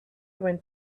went